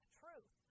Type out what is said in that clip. truth